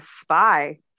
spy